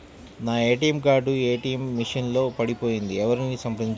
నా ATM card ATM machine లో పడిపోయింది ఎవరిని సంప్రదించాలి?